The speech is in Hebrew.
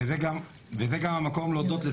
ואני אומר את זה גם בתור מי שעולה להר,